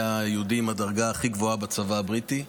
היה היהודי עם הדרגה הכי גבוהה בצבא הבריטי.